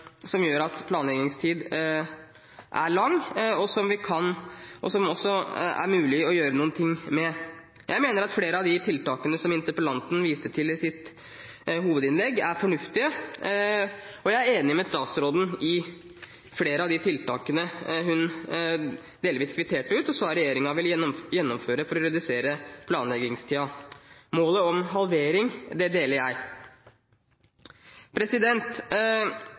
gjør at planleggingstiden er lang, og som også er mulig å gjøre noe med. Jeg mener at flere av de tiltakene som interpellanten viste til i sitt hovedinnlegg, er fornuftige, og jeg er enig med statsråden i flere av de tiltakene hun delvis kvitterte ut og sa at regjeringen vil gjennomføre for å redusere planleggingstiden. Målet om halvering er jeg enig i. Det er i dag blitt fokusert på KVU – konseptvalgutredning. Jeg